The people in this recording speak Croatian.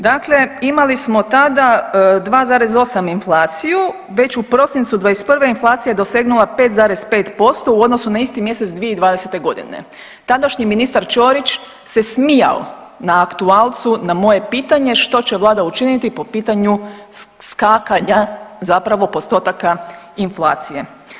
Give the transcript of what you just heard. Dakle, imali smo tada 2,8 inflaciju već u prosincu '21. inflacija je dosegnula 5,5% u odnosu na isti mjesec 2020.g. Tadašnji ministar Ćorić se smijao na aktualcu na moje pitanje što će vlada učiniti po pitanju skakanja zapravo postotaka inflacije.